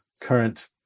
current